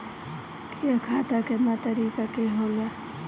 खाता केतना तरीका के होला?